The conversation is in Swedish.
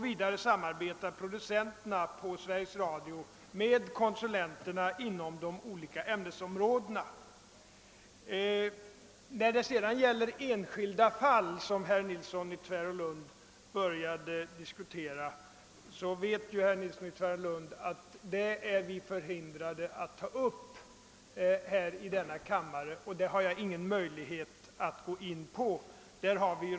Likaså samarbetar producenterna på Sveriges Radio med konsulenterna inom de olika ämnesområdena. Vad sedan gäller det enskilda fall som herr Nilsson i Tvärålund berörde, så vet ju herr Nilsson att vi är förhindrade att ta upp enskilda fall här i kammaren. Jag kan alltså inte gå in på det nu.